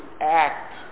act